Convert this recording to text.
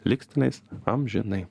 liks tenais amžinai